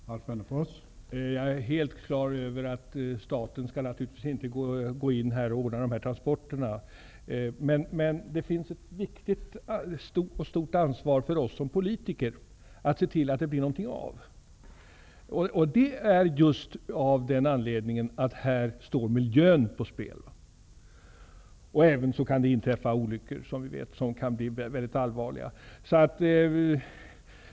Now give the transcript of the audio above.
Herr talman! Jag är helt klar över att staten naturligtvis inte skall gå in och ordna dessa transporter. Det finns dock ett viktigt och stort ansvar för oss som politiker att se till att det blir något av det hela just av den anledningen att miljön står på spel här. Det kan ju även inträffa olyckor som vi vet kan bli mycket allvarliga.